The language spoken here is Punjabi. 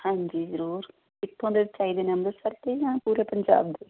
ਹਾਂਜੀ ਜ਼ਰੂਰ ਕਿੱਥੋਂ ਦੇ ਚਾਹੀਦੇ ਨੇ ਅੰਮ੍ਰਿਤਸਰ ਦੇ ਜਾਂ ਪੂਰੇ ਪੰਜਾਬ ਦੇ